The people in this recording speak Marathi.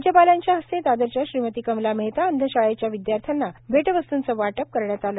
राज्यपालांच्या हस्ते दादरच्या श्रीमती कमला मेहता अंधशाळेच्या विदयार्थ्यांना भेट वस्तूचं वाटप करण्यात आलं